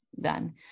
done